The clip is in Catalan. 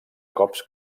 cops